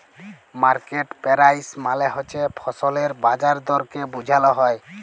market price মালে হছে ফসলের বাজার দরকে বুঝাল হ্যয়